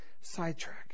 sidetrack